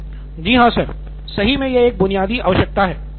सिद्धार्थ मटूरी जी हां सर सही मे यह एक बुनियादी आवश्यकता है